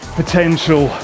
potential